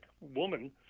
woman